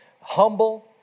humble